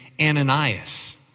Ananias